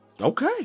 Okay